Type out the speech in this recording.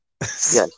Yes